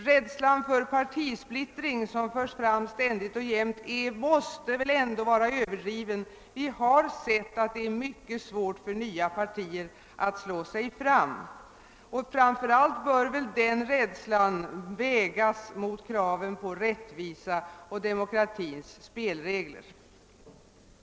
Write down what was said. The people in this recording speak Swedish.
Rädslan för partisplittring, som förs fram ständigt och jämt, måste vara överdriven. Vi har sett att det är mycket svårt för nya partier att slå sig fram. Framför allt måste väl den rädslan vägas mot kravet på rättvisa och på iakttagande av de demokratiska spelreglerna.